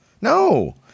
no